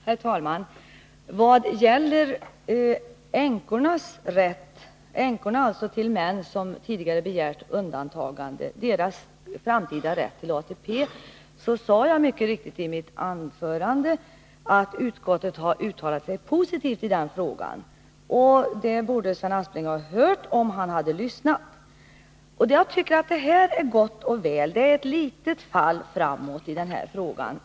Herr talman! Vad gäller den framtida rätten till pensionstillskott för änkor till män som tidigare har begärt undantagande från ATP sade jag mycket riktigt i mitt anförande, att utskottet har uttalat sig positivt i den frågan. Det borde Sven Aspling ha hört om han hade lyssnat. Och det är gott och väl. Det är ett litet fall framåt.